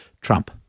Trump